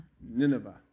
Nineveh